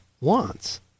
wants